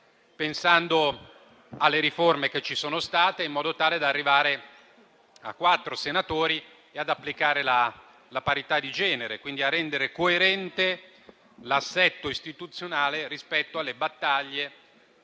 pensando alle riforme che ci sono state arrivare a quattro senatori e applicare la parità di genere, rende coerente l'assetto istituzionale rispetto alle battaglie